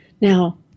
Now